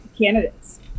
candidates